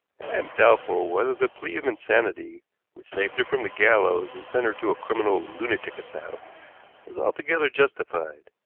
and i am doubtful whether the plea of insanity which saved her from the gallows and sent her to a criminal lunatic asylum was altogether justified.